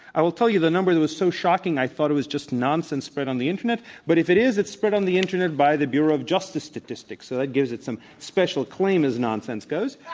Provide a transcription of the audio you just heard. i will tell you, the number it was so shocking, i thought it was just nonsense spread on the internet. but if it is, it's spread on the internet by the bureau of justice statistics, so that gives it some special claim as nonsense goes.